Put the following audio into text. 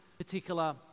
particular